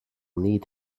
need